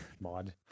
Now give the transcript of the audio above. Mod